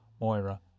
Moira